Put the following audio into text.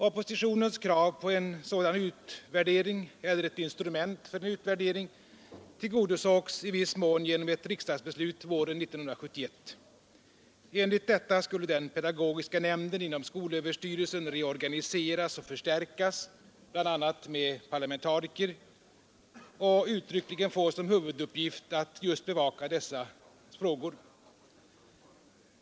Oppositionens krav på en sådan utvärdering — eller ett instrument för utvärdering — tillgodosågs i viss mån genom ett riksdagsbeslut våren 1971. Enligt detta skulle den pedagogiska nämnden inom skolöverstyrelsen reorganiseras och förstärkas — bl.a. med parlamentariker — och uttryckligen få som huvuduppgift att just bevaka dessa frågor.